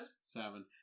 seven